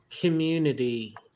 community